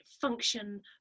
function